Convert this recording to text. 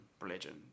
religion